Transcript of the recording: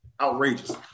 outrageous